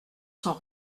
sont